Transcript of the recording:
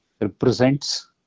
represents